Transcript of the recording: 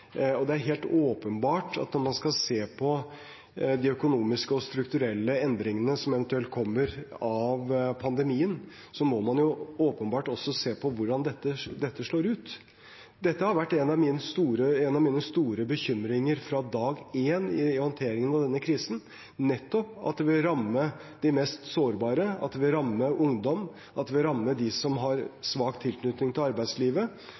Det er helt åpenbart at når man skal se på de økonomiske og strukturelle endringene som eventuelt kommer av pandemien, må man åpenbart også se på hvordan dette slår ut. Dette har vært en av mine store bekymringer fra dag én i håndteringen av denne krisen – at det nettopp vil ramme de mest sårbare, at det vil ramme ungdom, at det vil ramme dem som har svak tilknytning til arbeidslivet,